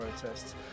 protests